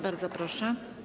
Bardzo proszę.